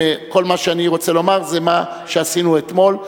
כל מה שאני רוצה לומר זה מה שעשינו אתמול,